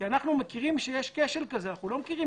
כי אנחנו מכירים שיש כשל כזה, אנחנו לא מכירים